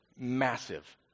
massive